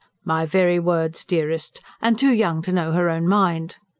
my very words, dearest. and too young to know her own mind.